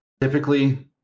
typically